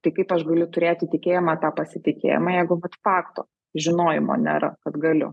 tai kaip aš galiu turėti tikėjimą tą pasitikėjimą jeigu vat fakto žinojimo nėra kad galiu